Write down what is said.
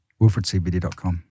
wilfredcbd.com